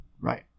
right